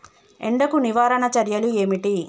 ఎండకు నివారణ చర్యలు ఏమిటి?